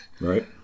Right